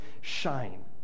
shine